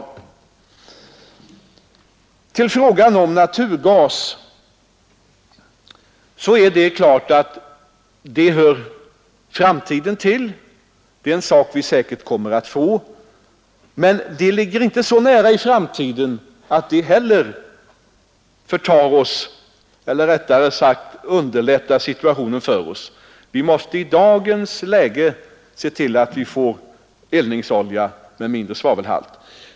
Vad beträffar frågan om naturgas är det klart att den hör framtiden till. Det är en sak som vi säkert kommer att få, men det ligger inte så nära i tiden att det underlättar situationen för oss. Vi måste i dagens läge se till att vi får eldningsolja med mindre svavelhalt.